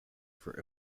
for